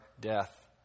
death